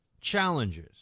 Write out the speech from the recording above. challenges